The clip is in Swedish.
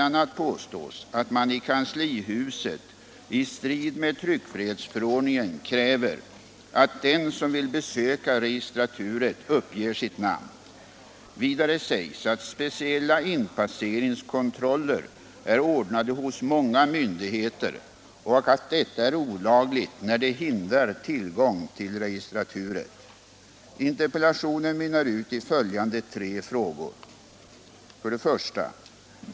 a. påstås att man i kanslihuset i strid med tryckfrihetsförordningen kräver att den som vill besöka registraturet uppger sitt namn. Vidare sägs att speciella inpasseringskontroller är ordnade hos många myndigheter och att detta är olagligt när det hindrar tillgång till registraturet. Interpellationen mynnar ut i följande tre frågor. Nr 109 1.